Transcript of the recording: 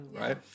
right